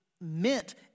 meant